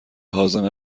هاضمه